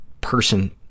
person